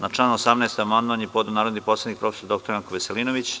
Na član 18. amandman je podneo narodni poslanik prof. dr Janko Veselinović.